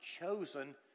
chosen